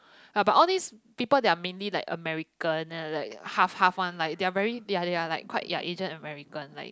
yeah how about all this people that are mainly like a American and then like half half one like they are very they are they are like quite ya Asian American like